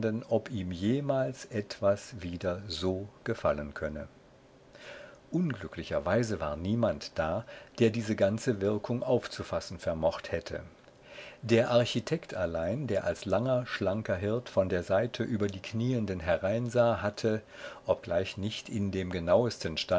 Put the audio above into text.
ob ihm jemals etwas wieder so gefallen könne unglücklicherweise war niemand da der diese ganze wirkung aufzufassen vermocht hätte der architekt allein der als langer schlanker hirt von der seite über die knieenden hereinsah hatte obgleich nicht in dem genauesten